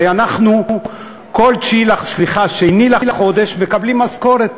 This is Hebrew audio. הרי אנחנו כל שני בחודש מקבלים משכורת,